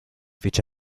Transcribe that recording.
fece